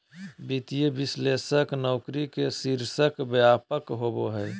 वित्तीय विश्लेषक नौकरी के शीर्षक व्यापक होबा हइ